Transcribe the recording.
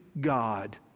God